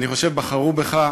אני חושב, בחרו בך,